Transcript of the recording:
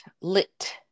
lit